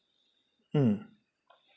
mm